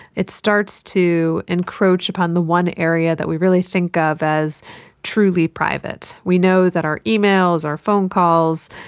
it starts to encroach upon the one area that we really think of as truly private. we know that our emails, our phone calls,